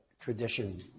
tradition